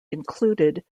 included